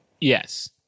Yes